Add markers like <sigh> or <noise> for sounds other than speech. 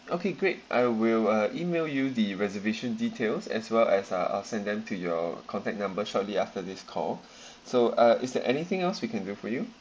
okay great I will uh email you the reservation details as well as uh I'll send them to your contact number shortly after this call <noise> so uh is there anything else we can do for you